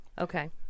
Okay